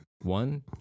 One